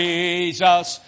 Jesus